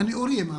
הנאורים.